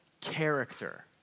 character